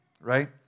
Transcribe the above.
right